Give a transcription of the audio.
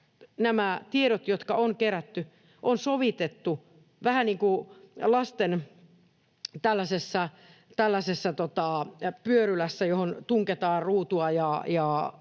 nämä tiedot, jotka on kerätty, on sovitettu vähän niin kuin lasten tällaisessa pyörylässä, johon tungetaan ruutua